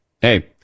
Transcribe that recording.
Hey